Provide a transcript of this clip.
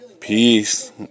Peace